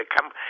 come